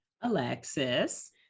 Alexis